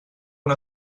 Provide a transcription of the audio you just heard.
una